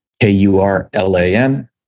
K-U-R-L-A-N